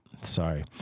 sorry